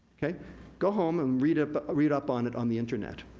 go home and read up ah read up on it on the internet.